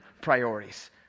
priorities